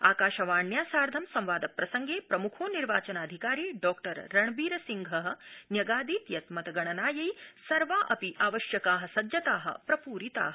आकाशवाण्या सार्धं संवाद प्रसंगे प्रमुखो निर्वाचनाधिकारी डॉ रणबीर सिंह न्यगादीद यत् मतगणनायै सर्वा अपि आवश्यका सज्जता प्रपूरिता